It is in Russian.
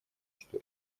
что